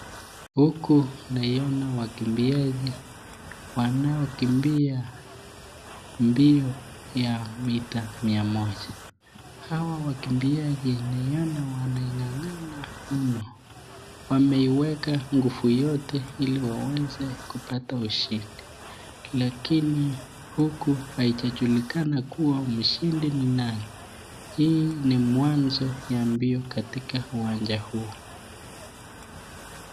Huku naona wakiambiaji wanaokimbia mbio ya mita mia moja. Hawa wakiambiaji tunaiona wanang'ang'ana mno. Wamewekwa nguvu yote ili waweze kupata ushindi lakini haijulikani mshindi haijajulikana kuwa mshinfmsi ni nani. Huu ni mwanzo ya mbio katika uwanja huu.